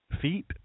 feet